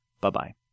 Bye-bye